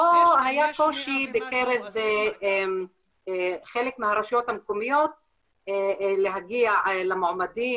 פה היה קושי בקרב חלק מהרשויות המקומיות להגיע למועמדים,